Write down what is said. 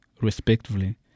respectively